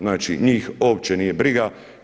Znači, njih uopće nije briga.